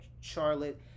Charlotte